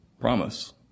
promise